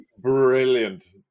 brilliant